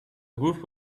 group